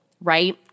right